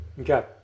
Okay